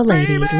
Lady